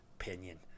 opinion